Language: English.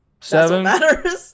seven